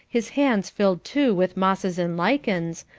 his hands filled too with mosses and lichens,